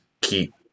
keep